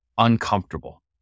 Uncomfortable